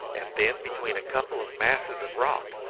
and then between a couple of masses of rock,